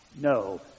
no